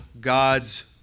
God's